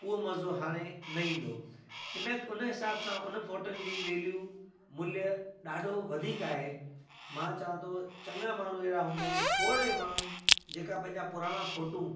उहो मज़ो हाणे न ईंदो आहिनि उन हिसाब सां उन फ़ोटुनि जी वैल्यू मूल्य ॾाढो वधीक आहे मां चवां थो चङा माण्हू अहिड़ा हूंदा आहिनि खोड़ ई माण्हू आहिनि जेका पंहिंजा पुराणा फ़ोटूं